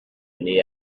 nez